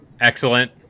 Excellent